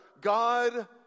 God